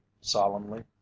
solemnly